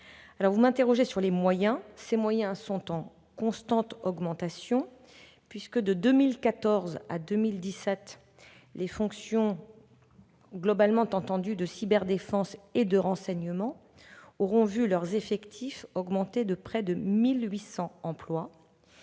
Vous m'interrogez sur les moyens. Ceux-ci sont en constante augmentation : de 2014 à 2017, les fonctions globalement entendues de cyberdéfense et de renseignement auront vu leurs effectifs augmenter de près de 1 800 emplois.